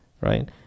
Right